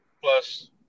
Plus